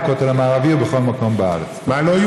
עצמי: אם זה המצב,